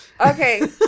Okay